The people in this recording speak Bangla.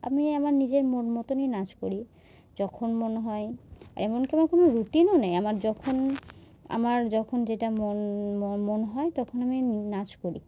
আমি আমার নিজের মন মতনই নাচ করি যখন মন হয় আর এমন কি আমার কোনো রুটিনও নেই আমার যখন আমার যখন যেটা মন মন হয় তখন আমি নাচ করি